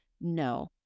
no